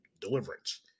Deliverance